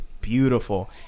Beautiful